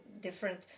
different